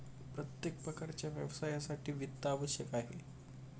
प्रत्येक प्रकारच्या व्यवसायासाठी वित्त आवश्यक आहे